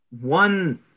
One